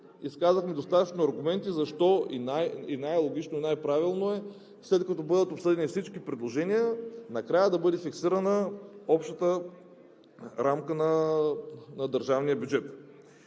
изказахме достатъчно аргументи защо. Най логично и най-правилно е, след като бъдат обсъдени всички предложения, накрая да бъде фиксирана общата рамка на държавния бюджет.